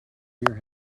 your